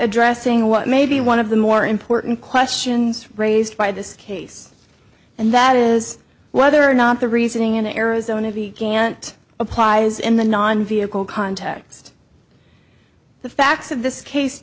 addressing what may be one of the more important questions raised by this case and that is whether or not the reasoning in arizona began it applies in the non vehicle context the facts of this case